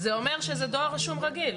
זה אומר שזה דואר רשום רגיל.